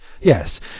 Yes